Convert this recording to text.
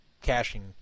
caching